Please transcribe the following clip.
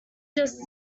just